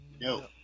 No